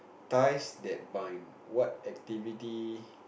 ties that bind what activity